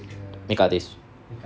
makeup artiste